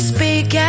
Speak